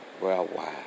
worldwide